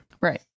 Right